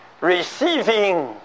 receiving